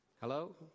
Hello